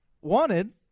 wanted